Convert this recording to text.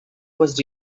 was